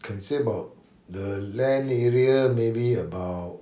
can say about the land area maybe about